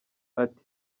ati